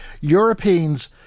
Europeans